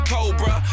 Cobra